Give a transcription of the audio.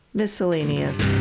miscellaneous